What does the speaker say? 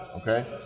okay